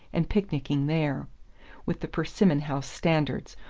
and picnicking there with the persimmon house standards,